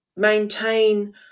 maintain